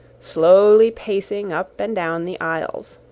slowly pacing up and down the aisles.